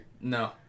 No